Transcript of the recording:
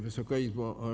Wysoka Izbo!